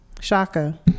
shaka